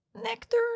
nectar